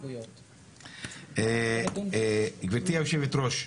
גברתי היושבת-ראש,